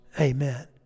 Amen